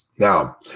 Now